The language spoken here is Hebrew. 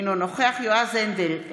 אינו נוכח יועז הנדל,